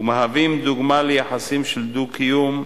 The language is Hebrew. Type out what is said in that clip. ומהווים דוגמה ליחסים של דו-קיום,